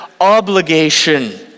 obligation